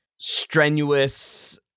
strenuous